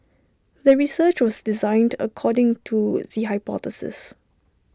the research was designed according to the hypothesis